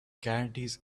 guarantees